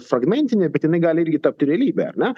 fragmentinė bet jinai gali irgi tapti realybe ar ne